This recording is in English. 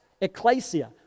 Ecclesia